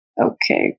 Okay